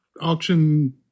auction